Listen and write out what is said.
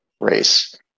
race